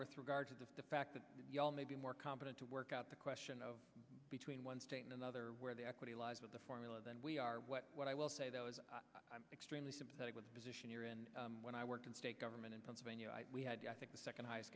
with regard to the fact that you all may be more competent to work out the question of between one state and another where the equity lies with the formula than we are what i will say though is i'm extremely sympathetic with position here and when i worked in state government in pennsylvania i think the second highest